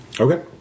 Okay